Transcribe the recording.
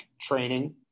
training